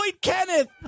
Kenneth